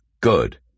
Good